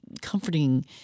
comforting